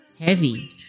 heavy